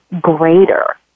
greater